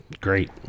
great